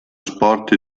sport